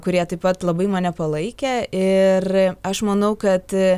kurie taip pat labai mane palaikė ir aš manau kad